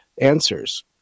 answers